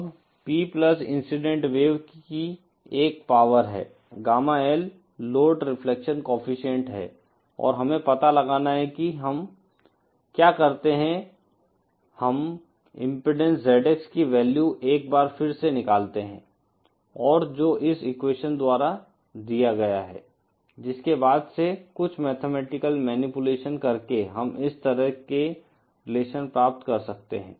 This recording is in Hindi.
अब P इंसिडेंट वेव की एक पावर है gamma L load reflection coefficient है और हमें पता लगाना है कि हम क्या करते हैं हम इम्पीडेन्स ZX की वैल्यू एक बार फिर से निकालते हैं और जो इस एक्वेशन द्वारा दिया गया है जिसके बाद से कुछ मैथमेटिकल मैनीपुलेशन करके हम इस तरह के रिलेशन प्राप्त कर सकते हैं